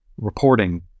reporting